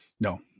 No